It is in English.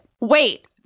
Wait